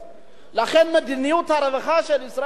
מדיניות הרווחה של ישראל בהשוואה להרבה